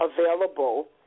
available